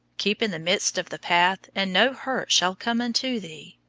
keep in the midst of the path and no hurt shall come unto thee.